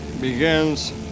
begins